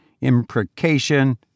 imprecation